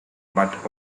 but